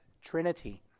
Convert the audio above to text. Trinity